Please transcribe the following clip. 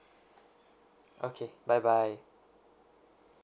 okay bye bye